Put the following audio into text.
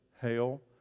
hail